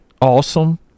awesome